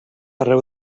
arreu